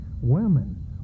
Women